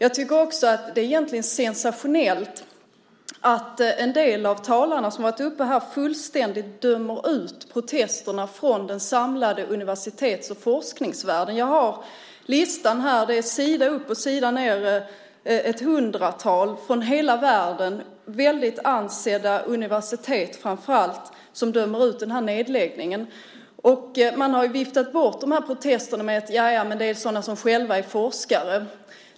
Egentligen är det också sensationellt att en del av de tidigare talarna så fullständigt dömer ut protesterna från den samlade universitets och forskningsvärlden. Jag har listan här. Det är sida upp och sida ned. Framför allt är det ett hundratal väldigt ansedda universitet från hela världen som dömer ut den här nedläggningen. Man har viftat bort de här protesterna med ett: Ja, ja, det är sådana som själva är forskare.